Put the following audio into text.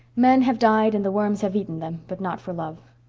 men have died and the worms have eaten them but not for love.